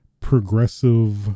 progressive